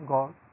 God